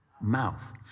mouth